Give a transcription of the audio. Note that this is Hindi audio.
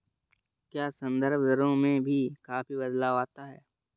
क्या संदर्भ दरों में भी काफी बदलाव आता है?